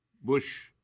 bush